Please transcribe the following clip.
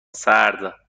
سرد